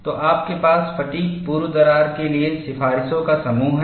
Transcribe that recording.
तो आपके पास फ़ैटिग् पूर्व दरार के लिए सिफारिशों का समूह है